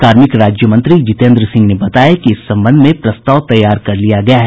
कार्मिक राज्य मंत्री जितेन्द्र सिंह ने बताया कि इस संबंध में प्रस्ताव तैयार कर लिया गया है